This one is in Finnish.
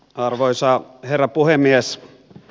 arvoisa herra puhemies